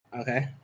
okay